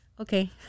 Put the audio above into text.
Okay